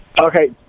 Okay